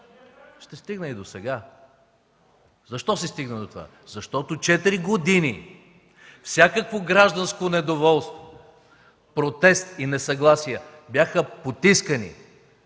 Ще стигна и до сега. Защо се стигна до това? Защото четири години всякакво гражданско недоволство, протест и несъгласие бяха потискани.